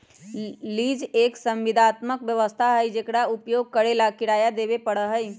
lease एक संविदात्मक व्यवस्था हई जेकरा उपयोग करे ला किराया देवे पड़ा हई